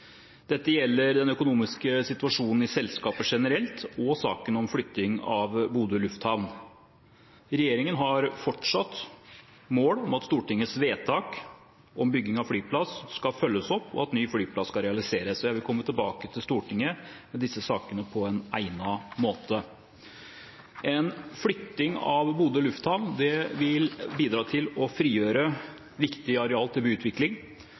Dette gjelder den økonomiske situasjonen i selskapet generelt og saken om flytting av Bodø lufthavn. Regjeringen har fortsatt et mål om at Stortingets vedtak om bygging av flyplass skal følges opp, og at ny flyplass skal realiseres. Jeg vil komme tilbake til Stortinget med disse sakene på en egnet måte. En flytting av Bodø lufthavn vil bidra til å frigjøre viktige arealer til